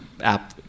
app